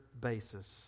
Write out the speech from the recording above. basis